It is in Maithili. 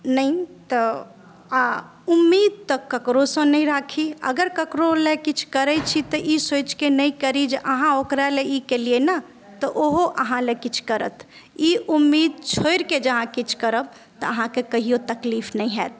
नहि तऽ आ उम्मीद तऽ केकरोसँ नहि राखी अगर केकरो लेल किछु करै छी तऽ ई सोचिक नहि करी जे अहाँ ओकरा लेल ई केलियनि हँ तऽ ओहो अहाँ लेल किछु करत ई उम्मीद छोड़िक जऽ अहाँ किछु करब तऽ अहाँके कहियो तकलीफ नहि होयत